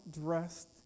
dressed